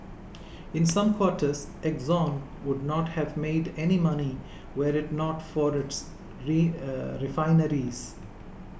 in some quarters Exxon would not have made any money were it not for its re refineries